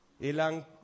ilang